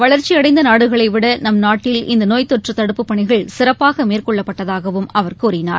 வளர்ச்சியடைந்த நாடுகளைவிட நம் நாட்டில் இந்த நோய் தொற்று தடுப்புப் பணிகள் சிறப்பாக மேற்கொள்ளப்பட்டதகாகவும் அவர் கூறினார்